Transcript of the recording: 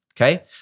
Okay